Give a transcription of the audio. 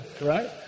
right